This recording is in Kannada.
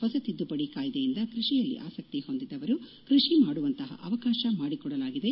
ಹೊಸ ತಿದ್ದುಪಡಿ ಕಾಯ್ದೆಯಿಂದ ಕೃಷಿಯಲ್ಲಿ ಆಸಕ್ತಿ ಹೊಂದಿದವರು ಕೃಷಿ ಮಾಡುವಂತಹ ಅವಕಾಶ ಮಾಡಿಕೊಡಲಾಗಿದೆ